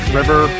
river